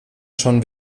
schon